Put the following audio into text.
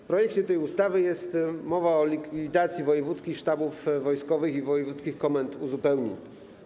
W projekcie tej ustawy jest mowa o likwidacji wojewódzkich sztabów wojskowych i wojewódzkich komend uzupełnień.